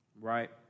right